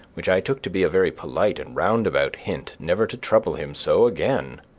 which i took to be a very polite and roundabout hint never to trouble him so again.